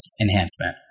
enhancement